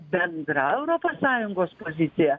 bendra europos sąjungos pozicija